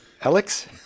Alex